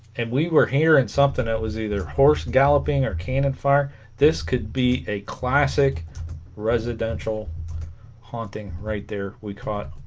and we were hearing something that was either horse galloping or cannon fire this could be a classic residential haunting right there we caught